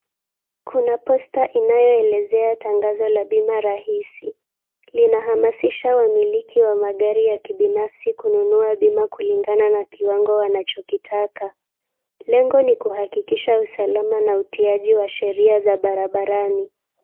Kuna poster inayoelezea tangazo la bima rahisi. Linahamasisha wamiliki wa magari ya kibinafsi kununua bima kulingana na kiwango wanachokitaka. Lengo ni kuhakikisha usalama na utiaji wa sheria za barabarani.